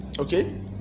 Okay